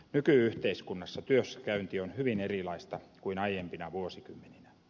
nyky yhteiskunnassa työssäkäynti on hyvin erilaista kuin aiempina vuosikymmeninä